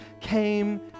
came